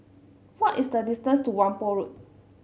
what is the distance to Whampoa Road